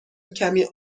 کمی